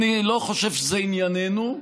אני לא חושב שזה ענייננו,